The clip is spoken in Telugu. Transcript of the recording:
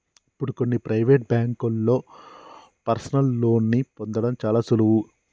ఇప్పుడు కొన్ని ప్రవేటు బ్యేంకుల్లో పర్సనల్ లోన్ని పొందడం చాలా సులువు